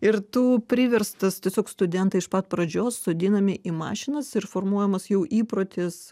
ir tu priverstas tiesiog studentai iš pat pradžios sodinami į mašinas ir formuojamas jau įprotis